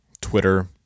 twitter